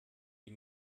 die